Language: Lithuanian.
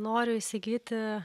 noriu įsigyti